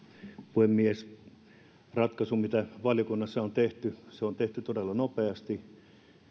puhemies se ratkaisu mikä valiokunnassa on tehty on tehty todella nopeasti